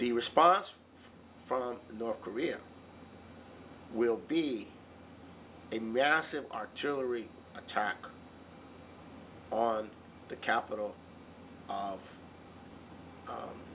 the response from north korea will be a massive artillery attack on the capital